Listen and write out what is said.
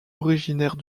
originaires